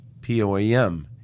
POAM